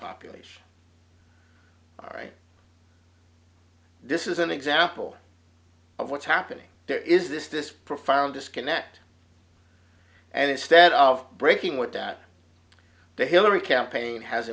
population right this is an example of what's happening there is this this profound disconnect and instead of breaking with that the hillary campaign has